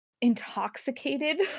intoxicated